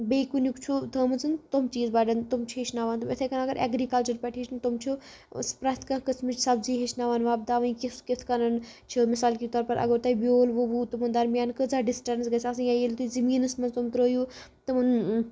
بیٚیہِ کُنیُک چھُ تھٲمژٕن تِم چیٖز بَڑن تِم چھِ ہیٚچھناوان اِتھَے کن اگر اٮ۪گرِکَلچَر پٮ۪ٹھ ہیٚچھن تِم چھِ پرٮ۪تھ کانٛہہ قٕسمٕچ سبزی یٚچھاوان وۄپداونۍ کِژھ کِتھ کَنَن چھِ مِثال کہِ طور پَر اگر تُہۍ بیول وُوُ تٕمَن درمیان کۭژاہ ڈِسٹنٕس گژھِ آسٕنۍ یا ییٚلہِ تُہۍ زٔمیٖنَس منٛز تِم ترٲیِو تِمَن